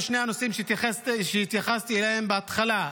זה שיח --- והממשלה אמורה לטפל בשני הנושאים שהתייחסתי אליהם בהתחלה,